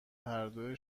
هردو